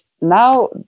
now